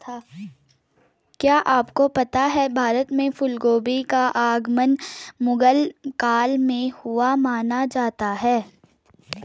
क्या आपको पता है भारत में फूलगोभी का आगमन मुगल काल में हुआ माना जाता है?